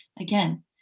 again